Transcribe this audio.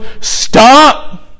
stop